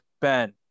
Ben